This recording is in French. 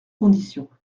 conditions